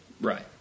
Right